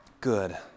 good